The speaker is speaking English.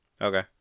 Okay